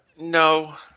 No